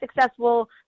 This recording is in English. successful